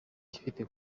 ifite